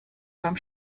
beim